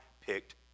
picked